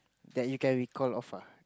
that you can recall of ah